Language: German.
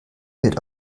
wird